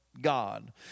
God